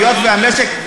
היות שהמשק,